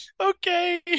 Okay